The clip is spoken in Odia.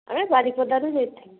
ଏ ବାରିପଦାରୁ ଯାଇଥିଲି